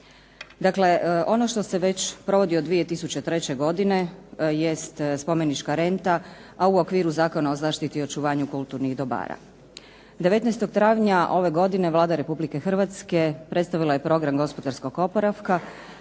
Dakle ono što se već provodi od 2003. godine, jest spomenička renta, a u okviru Zakona o zaštiti i očuvanju kulturnih dobara. 19. travnja ove godine Vlada Republike Hrvatske predstavila je program gospodarskog oporavka,